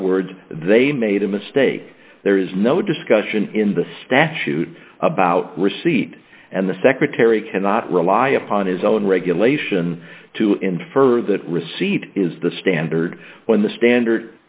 other words they made a mistake there is no discussion in the statute about receipt and the secretary cannot rely upon his own regulation to infer that receipt is the standard when the standard